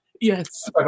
Yes